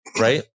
Right